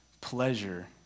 pleasure